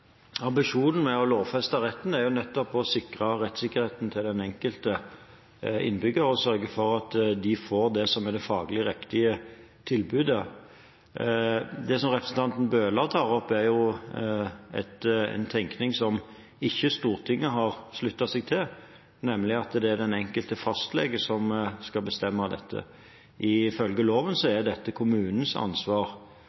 Ambisjonen med å lovfeste retten er nettopp å sikre rettssikkerheten til den enkelte innbygger og sørge for at man får det som er det faglig riktige tilbudet. Det som representanten Bøhler tar opp, er en tenkning som ikke Stortinget har sluttet seg til, nemlig at det er den enkelte fastlege som skal bestemme dette. Ifølge loven er dette kommunens ansvar,